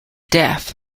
deaf